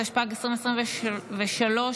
התשפ"ג 2023,